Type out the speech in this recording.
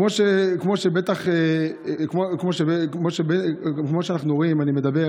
כמו שבטח אנחנו רואים, אני מדבר